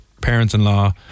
parents-in-law